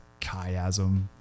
chiasm